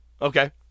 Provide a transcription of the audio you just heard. Okay